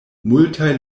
multaj